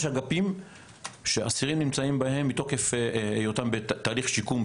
יש אגפים שהאסירים נמצאים בהם מתוקף היותם בתהליך שיקום.